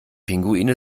pinguine